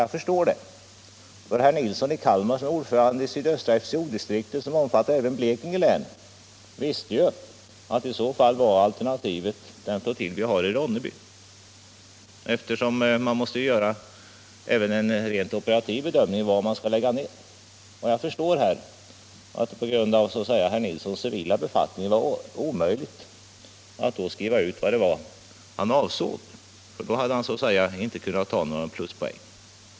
Jag förstår det, för herr Nilsson i Kalmar är ordförande i sydöstra FCO-distriktet, som omfattar även Blekinge län, och ni visste ju att alternativet var den flottilj som finns i Ronneby, eftersom man måste göra även en rent operativ bedömning av vilken flottilj man kan lägga ner. Jag förstår att det på grund av herr Nilssons bakgrund var omöjligt att skriva ut vilken flottilj han avsåg. Då hade han inte kunnat ta några pluspoäng.